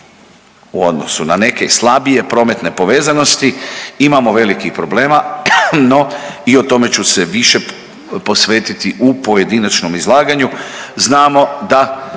u odnosu na neke i slabije prometne povezanosti imamo velikih problema, no i o tome ću se više posvetiti u pojedinačnom izlaganju. Znamo da